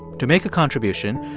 to make a contribution,